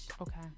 Okay